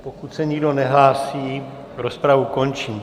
Pokud se nikdo nehlásí, rozpravu končím.